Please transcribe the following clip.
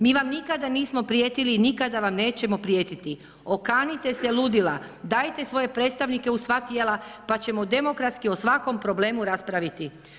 Mi vam nikada nismo prijetili i nikada vam nećemo prijetiti, okanite se ludila, dajte svoje predstavnike u sva tijela pa ćemo demokratski o svakom problemu raspraviti.